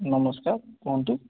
ନମସ୍କାର କୁହନ୍ତୁ